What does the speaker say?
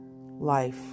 Life